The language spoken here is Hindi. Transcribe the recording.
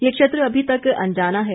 ये क्षेत्र अभी तक अनजाना है